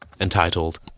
entitled